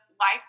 life